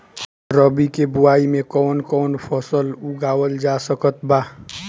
रबी के बोआई मे कौन कौन फसल उगावल जा सकत बा?